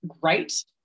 great